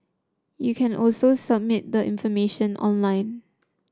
you can also submit the information online